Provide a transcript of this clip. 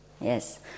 Yes